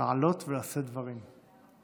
לעלות ולשאת דברים.